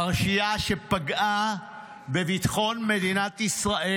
פרשייה שפגעה בביטחון מדינת ישראל.